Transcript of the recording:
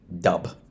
dub